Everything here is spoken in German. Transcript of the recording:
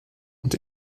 und